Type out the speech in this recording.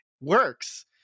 works